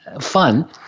fun